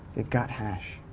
they've got hash.